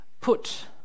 put